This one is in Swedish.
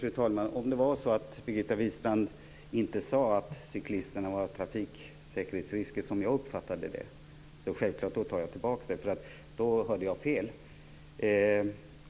Fru talman! Om Birgitta Wistrand inte sade att cyklister utgör en trafiksäkerhetsrisk, som jag uppfattade att hon gjorde, tar jag självklart tillbaka det jag sade. I så fall hörde jag fel,